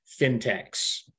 fintechs